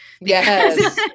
Yes